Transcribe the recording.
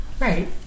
right